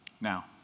Now